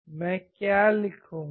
मैं क्या लिखूंगा